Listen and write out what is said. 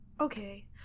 Okay